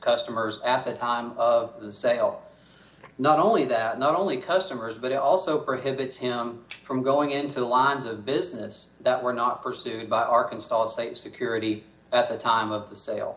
customers at the time of the sale not only that not only customers but it also prohibits him from going into lines of business that were not pursued by arkansas state security at the time of the sale